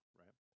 right